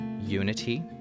unity